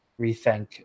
rethink